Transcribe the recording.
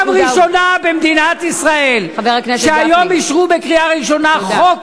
פעם ראשונה במדינת ישראל היום שאישרו בקריאה ראשונה חוק